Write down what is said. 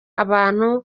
abantu